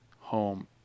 Home